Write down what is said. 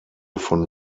von